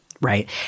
right